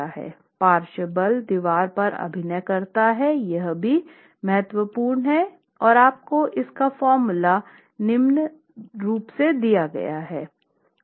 पार्श्व बल दीवार पर अभिनय करता है यह भी महत्वपूर्ण है